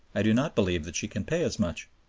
i do not believe that she can pay as much.